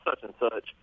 such-and-such